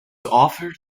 offered